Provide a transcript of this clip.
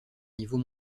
niveau